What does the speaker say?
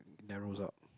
narrows up